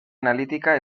analítica